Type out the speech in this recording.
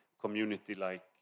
community-like